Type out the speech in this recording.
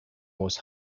was